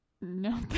no